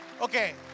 Okay